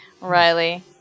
Riley